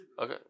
Okay